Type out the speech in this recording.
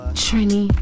Trini